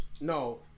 No